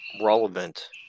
relevant –